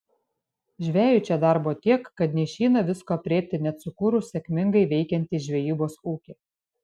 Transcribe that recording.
žvejui čia darbo tiek kad neišeina visko aprėpti net sukūrus sėkmingai veikiantį žvejybos ūkį